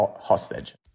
hostage